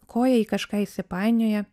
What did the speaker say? koja į kažką įsipainioja